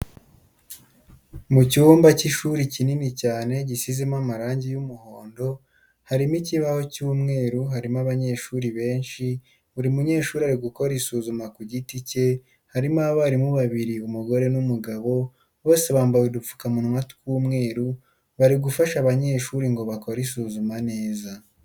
Mu cyumba cy'ishuri kinini cyane, gisizemo amarange y'umuhondo, harimo ikibaho cy'umweru, harimo abanyeshuri benshi, buri munyeshuri ari gukora isuzuma ku guti cye, harimo abarimu babiri umugore n'umugabo, bose bambaye udupfukamunwa tw'umweru, bari gufasha abanyeshuri ngo bakore isuzuma neza.